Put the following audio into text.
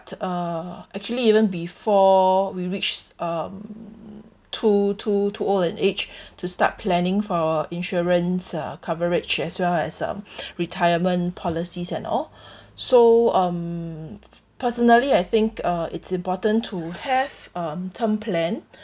uh actually even before we reach um too too too old an age to start planning for our insurance uh coverage as well as um retirement policies and all so um personally I think uh it's important to have um term plan